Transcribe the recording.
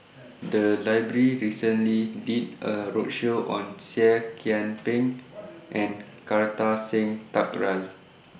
The Library recently did A roadshow on Seah Kian Peng and Kartar Singh Thakral